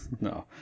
no